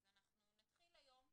אז אנחנו נתחיל היום,